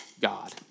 God